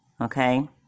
Okay